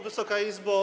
Wysoka Izbo!